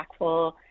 impactful